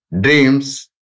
dreams